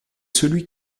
celui